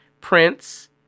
Prince